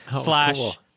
slash